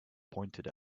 pointed